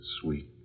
Sweet